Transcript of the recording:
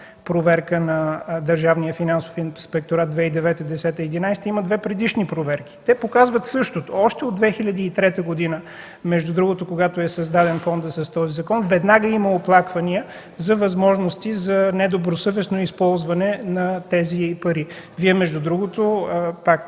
на Държавния финансов инспекторат – 2009-2011 г. има две предишни проверки. Те показват същото. Още от 2003 г., когато е създаден фонда с този закон, веднага има оплаквания за възможности за недобросъвестно използване на тези пари. Между другото Вие, пак